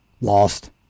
lost